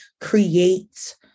create